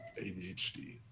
ADHD